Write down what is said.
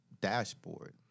dashboard